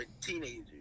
teenagers